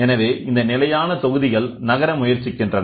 எனவேஇந்த நிலையான தொகுதிகள் நகர முயற்சிக்கின்றன